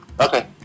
Okay